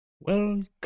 Welcome